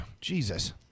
Jesus